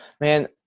Man